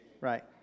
Right